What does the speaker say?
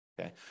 Okay